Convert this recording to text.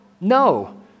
No